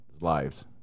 lives